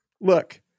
Look